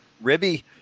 Ribby